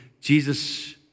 Jesus